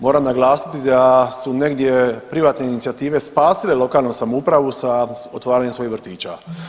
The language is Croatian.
Moram naglasiti da su negdje privatne inicijative spasile lokalnu samoupravu sa otvaranjem svojih vrtića.